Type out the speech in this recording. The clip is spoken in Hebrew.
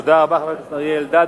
תודה רבה, חבר הכנסת אריה אלדד.